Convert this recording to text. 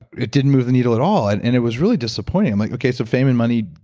it didn't move the needle at all, and and it was really disappointing. i'm like, okay so fame and money,